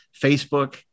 Facebook